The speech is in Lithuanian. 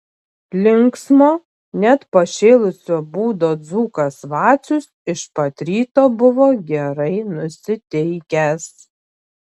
linksmo net pašėlusio būdo dzūkas vacius iš pat ryto buvo gerai nusiteikęs